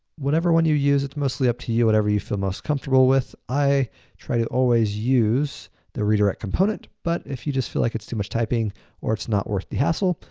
whatever one you use, it's mostly up to you, whatever you feel most comfortable with. i try to always use the redirect component but if you just feel like it's too much typing or it's not worth the hassle,